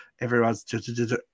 Everyone's